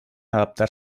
adaptar